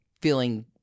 feeling